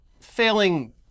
failing